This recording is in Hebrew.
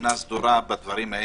משנה סדורה בדברים האלה,